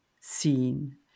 seen